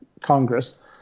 Congress